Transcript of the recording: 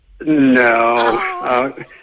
No